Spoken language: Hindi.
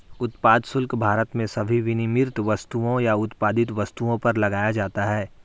उत्पाद शुल्क भारत में सभी विनिर्मित वस्तुओं या उत्पादित वस्तुओं पर लगाया जाता है